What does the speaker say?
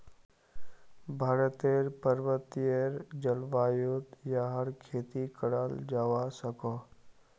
भारतेर पर्वतिये जल्वायुत याहर खेती कराल जावा सकोह